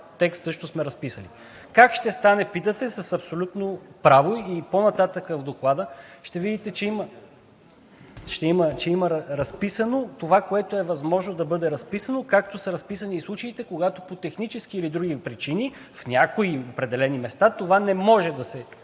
текст също сме разписали. Как ще стане – питате с абсолютно право. По-нататък в доклада ще видите, че има разписано това, което е възможно да бъде разписано, както са разписани и случаите, когато по технически или други причини в някои определени места това не може да се